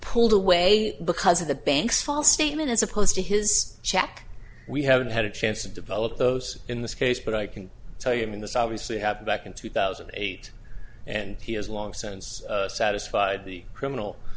pulled away because of the bank's false statement as opposed to his check we haven't had a chance to develop those in this case but i can tell you i mean this obviously have back in two thousand and eight and he has long since satisfied the criminal